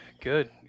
good